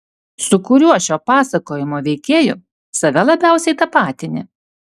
su kuriuo šio pasakojimo veikėju save labiausiai tapatini